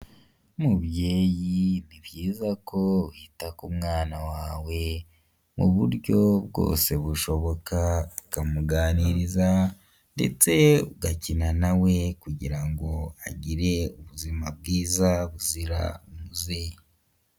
Umubyeyi ni byiza ko wihita ku mwana wawe mu buryo bwose bushoboka. Ukamuganiriza ndetse ugakina nawe kugira ngo agire ubuzima bwiza buzira umuze.